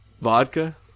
Vodka